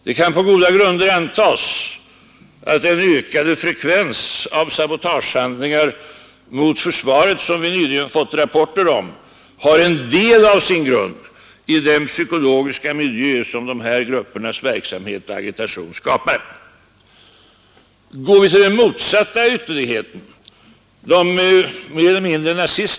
Det kan på goda grunder antas att Nr 136 den ökade frekvens av sabotagehandlingar mot försvaret som vi nyligen Måndagen den fått rapporter om har en del av sin grund i den psykologiska miljö som de 11 december 1972 här gruppernas verksamhet och agitation skapar. —= Går vi till den motsatta ytterligheten, de mer eller mindre nazistiskt Ang.